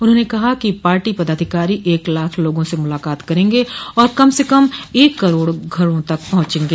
उन्होंने कहा कि पार्टी पदाधिकारी एक लाख लोगों से मुलाकात करेंगे और कम से कम एक करोड़ घरों तक पहुंचेंगे